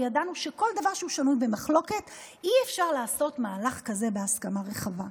וידענו שבכל דבר שהוא שנוי במחלוקת אי-אפשר לעשות מהלך כזה בהסכמה רחבה.